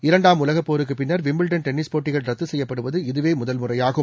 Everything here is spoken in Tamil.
இரண்டாம் உலகப்போருக்கு பின்னா் விம்பிள்டன் டென்னிஸ் போட்டிகள் ரத்து செய்யப்படுவது இது முதல் முறையாகும்